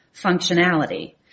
functionality